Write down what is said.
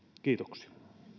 kiitoksia